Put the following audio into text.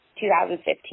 2015